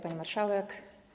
Pani Marszałek!